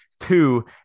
two